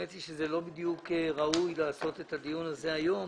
אני רוצה לומר לחברים שזה לא בדיוק ראוי לעשות את הדיון הזה היום